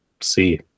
see